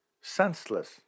senseless